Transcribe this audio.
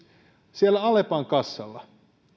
siellä alepan kassalla